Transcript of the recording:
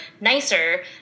nicer